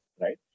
right